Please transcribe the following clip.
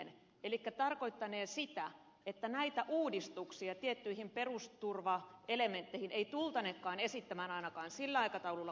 elikkä se tarkoittanee sitä että näitä uudistuksia tiettyihin perusturvaelementteihin ei tultanekaan esittämään ainakaan sillä aikataululla kuin oli tarkoitus